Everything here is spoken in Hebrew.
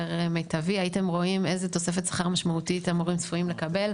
מיטבי הייתם רואים איזו תוספת שכר משמעותית המורים צפויים לקבל.